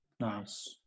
Nice